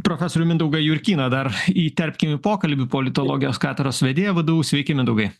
profesorių mindaugą jurkyną dar įterpkim į pokalbį politologijos katedros vedėją vdu sveiki mindaugai